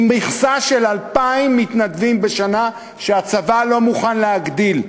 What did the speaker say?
עם מכסה של 2,000 מתנדבים שהצבא לא מוכן להגדיל,